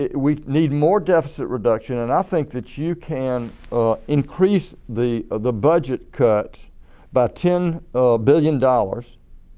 ah we need more deficit reduction and i think that you can increase the the budget cuts by ten billion dollars